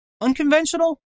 Unconventional